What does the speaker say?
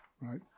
right